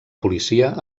policia